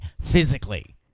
physically